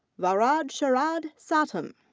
varad sharad satam.